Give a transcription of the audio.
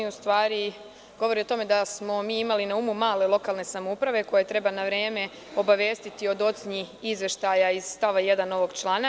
On u stvari govori o tome da smo mi imali na umu male lokalne samouprave koje treba na vreme obavestiti o docnji izveštaja iz stava 1. ovog člana.